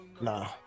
Nah